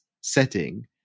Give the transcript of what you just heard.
setting